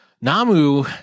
Namu